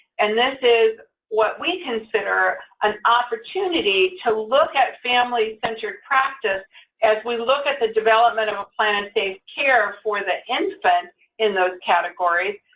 and this is what we consider an opportunity to look at family-centered practice as we look at the development of a plan of and safe care for the infant in those categories,